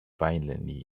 violently